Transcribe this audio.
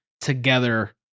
together